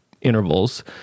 intervals